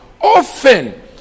often